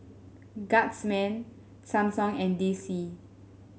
Guardsman Samsung and D C